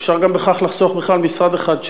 אפשר גם בכך לחסוך בכלל משרד אחד,